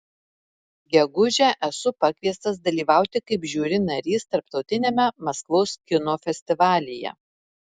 gegužę esu pakviestas dalyvauti kaip žiuri narys tarptautiniame maskvos kino festivalyje